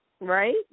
Right